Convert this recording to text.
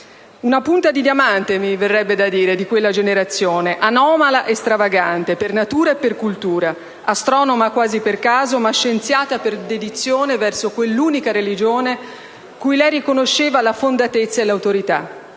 Una punta di diamante, mi verrebbe da dire, di quella generazione; anomala e stravagante per natura e per cultura; astronoma quasi per caso, ma scienziata per dedizione verso quell'unica religione cui lei riconosceva fondatezza e autorità: